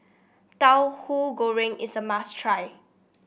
Tauhu Goreng is a must try